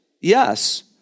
yes